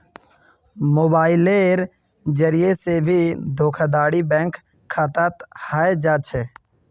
मोबाइलेर जरिये से भी धोखाधडी बैंक खातात हय जा छे